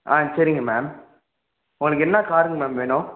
ஆ சரிங்க மேம் உங்களுக்கு என்ன காருங்க மேம் வேணும்